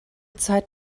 zeit